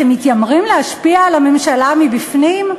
אתם מתיימרים להשפיע על הממשלה מבפנים?